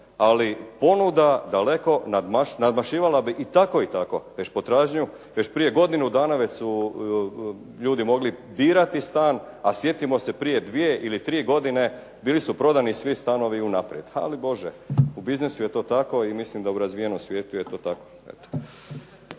Ali ponuda daleko nadmašivala bi i tako tako već potražnju. Već prije godinu dana već su ljudi mogli birati stan, a sjetimo se prije dvije ili tri godine bili su prodani svi stanovi unaprijed. Ali Bože, u biznisu je to tako i mislim da u razvijenom svijetu je to tako.